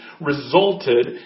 resulted